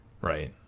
Right